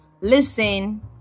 listen